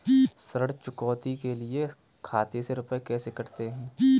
ऋण चुकौती के लिए खाते से रुपये कैसे कटते हैं?